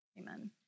Amen